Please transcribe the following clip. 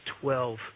twelve